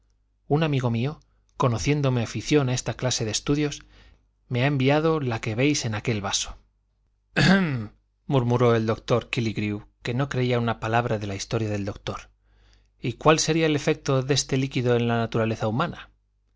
un amigo mío conociendo mi afición a esta clase de estudios me ha enviado la que veis en aquel vaso ejem murmuró el coronel kílligrew que no creía una palabra de la historia del doctor y cuál sería el efecto de este líquido en la naturaleza humana